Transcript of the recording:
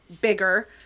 bigger